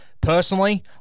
personally